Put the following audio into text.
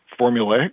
formulaic